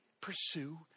pursue